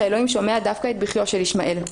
שאלוקים שומע דווקא את בכיו של ישמעאל.